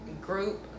group